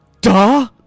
Duh